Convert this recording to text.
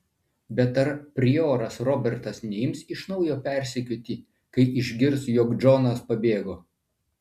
bet ar prioras robertas neims iš naujo persekioti kai išgirs jog džonas pabėgo